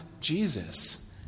Jesus